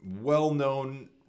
well-known